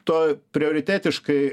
to prioritetiškai